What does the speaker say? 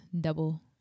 double